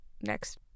next